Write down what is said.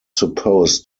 supposed